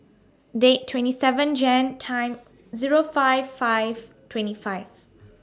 Day twenty seven Jan Time Zero five five twenty five